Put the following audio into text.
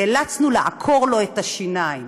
נאלצנו לעקור לו את השיניים.